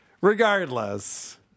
Regardless